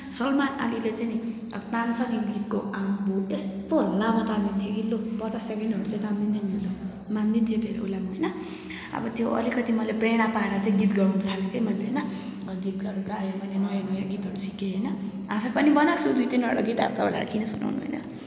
सलमान अलीले चाहिँ नि तान्छ नि गीतको आम्मा हो यस्तो लामो तानिदिन्थ्यो कि लु पचास सेकेन्डहरू चाहिँ तानिदिन्थ्यो नि लु मानिदिन्थेँ त्यो उसलाई म होइन अब त्यो अलिकति मैले प्रेरणा पाएर चाहिँ गीत गाउन थालेँ के मैले होइन मैले गीतहरू गाएँ मैले नयाँ नयाँ गीतहरू सिकेँ होइन आफै पनि बनाएको छु दुई तिनवटा गीत अब तपाईँलाई किन सुनाउनु होइन